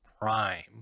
prime